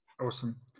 awesome